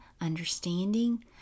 understanding